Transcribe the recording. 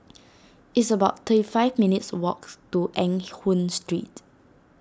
it's about thirty five minutes' walks to Eng Hoon Street